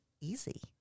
easy